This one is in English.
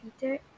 Peter